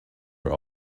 were